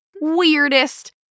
weirdest